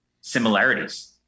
similarities